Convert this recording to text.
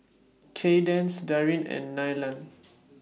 Kaydence Darin and Nylah